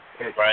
Right